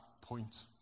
point